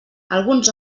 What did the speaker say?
alguns